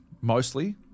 mostly